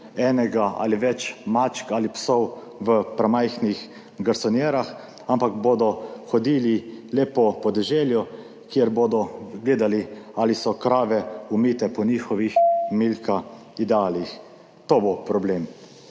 ene ali več mačk ali psov v premajhnih garsonjerah, ampak bodo hodili le po podeželju, kjer bodo gledali, ali so krave umite po njihovih milka idealih. To bo problem.